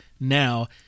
now